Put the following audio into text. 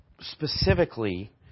Specifically